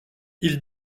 ils